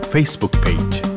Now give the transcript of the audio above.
Facebook-page